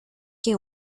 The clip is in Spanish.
que